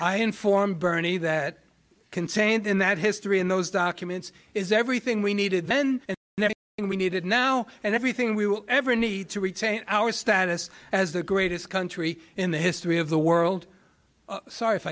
i inform bernie that contained in that history in those documents is everything we needed then and we needed now and everything we will ever need to retain our status as the greatest country in the history of the world sorry if